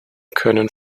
können